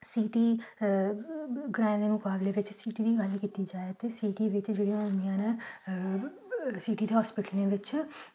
city ग्राएं दे मुकाबले च सिटी दी गल्ल कीती जाए ते सिटी जेह्ड़ियां होंदियां न सिटी दे हॉस्पिटलें बिच